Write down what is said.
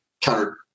counter